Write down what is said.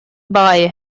баҕайы